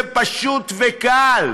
זה פשוט וקל.